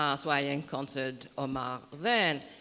um so i encountered omar then.